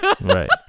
right